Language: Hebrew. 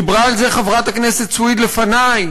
דיברה על זה חברת הכנסת סויד לפני,